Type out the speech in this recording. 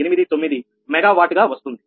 89 megawatt గా వస్తుంది